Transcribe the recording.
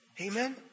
Amen